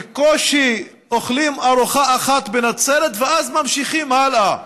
בקושי אוכלות ארוחה אחת בנצרת ואז ממשיכים הלאה,